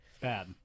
Bad